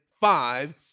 five